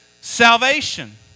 salvation